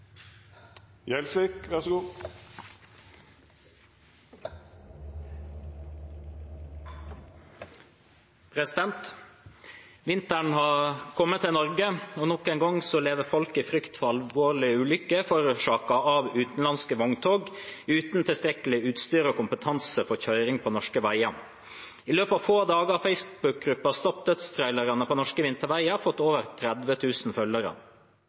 har kommet til Norge, og nok en gang lever folk i frykt for alvorlige ulykker forårsaket av utenlandske vogntog uten tilstrekkelig utstyr og kompetanse for kjøring på norske vinterveier. I løpet av få dager har Facebook-gruppen «Stopp dødstrailerne på norske vinterveier!» fått over 30 000 følgere.